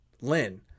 Lynn